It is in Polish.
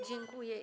Dziękuję.